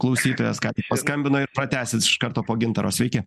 klausytojas ką tik paskambino ir pratęsit iš karto po gintaro sveiki